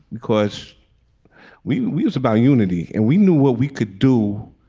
because we we use about unity and we knew what we could do